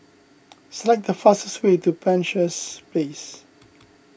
select the fastest way to Penshurst Place